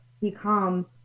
become